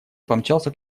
помчался